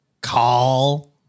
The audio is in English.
call